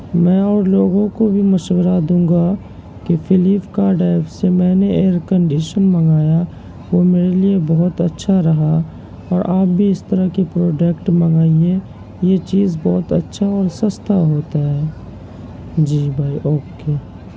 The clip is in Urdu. میں اور لوگوں کو بھی مشورہ دوں گا کہ فلپ کارڈ ایپ سے میں نے ایئرکنڈیشن منگایا وہ میرے لیے بہت اچھا رہا اور آپ بھی اس طرح کے پروڈکٹ منگائیے یہ چیز بہت اچھا اور سستا ہوتا ہے جی بھائی اوکے